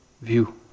view